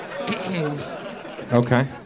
Okay